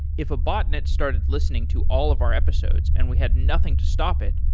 if a botnet started listening to all of our episodes and we have nothing to stop it,